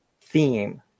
theme